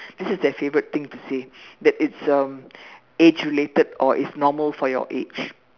this is their favorite thing to say that it's um age related or it's normal for your age